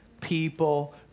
people